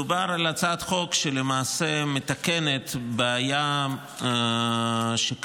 מדובר על הצעת חוק שלמעשה מתקנת בעיה שהייתה